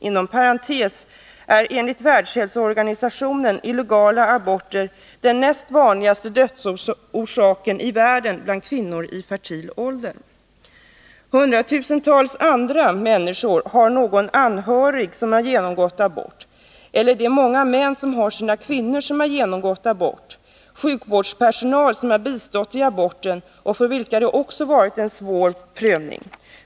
Inom parentes vill jag nämna att enligt Världshälsoorganisationen är illegala aborter den näst vanligaste dödsorsaken i världen bland kvinnor i fertil ålder. Hundratusentals andra människor har någon anhörig som har genomgått abort, det finns många män vilkas kvinnor har genomgått abort, och det finns åtskilligt med sjukvårdspersonal som har bistått vid abort — för alla dessa har det också varit en svår prövning.